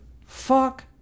fuck